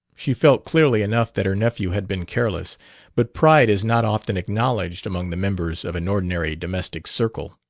she felt clearly enough that her nephew had been careless but pride is not often acknowledged among the members of an ordinary domestic circle.